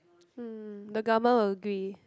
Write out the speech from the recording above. mm the government will agree